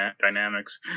Dynamics